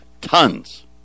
tons